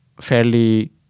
fairly